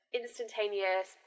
instantaneous